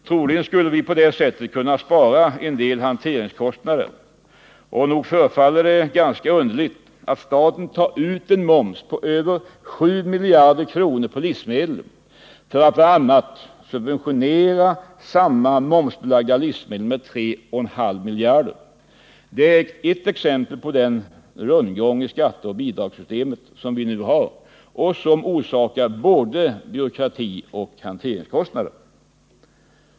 Troligen skulle vi på det sättet kunna spara en del hanteringskostnader. Nog förefaller det ganska underligt att staten tar ut en moms på över 7 miljarder kronor på livsmedel för att bl.a. subventionera samma momsbelagda livsmedel med ca 3,5 miljarder. Detta är ett exempel på den rundgång i skatteoch bidragssystemet som vi nu har och som orsakar både byråkrati och hanteringskostnader.